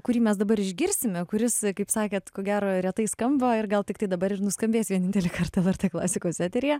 kurį mes dabar išgirsime kuris kaip sakėt ko gero retai skamba ir gal tiktai dabar ir nuskambės vienintelį kartą lrt klasikos eteryje